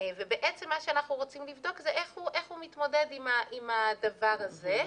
ובעצם מה שאנחנו רוצים לבדוק זה איך הוא מתמודד עם הדבר הזה,